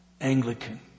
Anglican